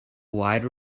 wide